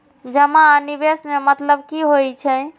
जमा आ निवेश में मतलब कि होई छै?